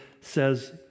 says